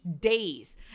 days